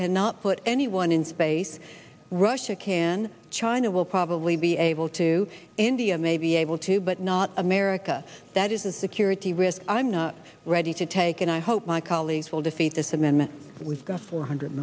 cannot put anyone in space russia can china will probably be able to india may be able to but not america that is a security risk i'm not ready to take and i hope my colleagues will defeat this amendment we've got four hundred